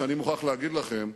שאני מוכרח להגיד לכם,